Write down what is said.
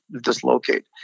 dislocate